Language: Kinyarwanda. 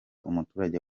umuturage